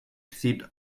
sieht